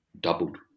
doubled